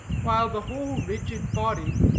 while the whole rigid body,